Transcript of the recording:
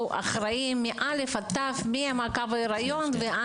אחראיות מ-א' עד ת' על שלבי הבריאות.